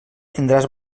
tindràs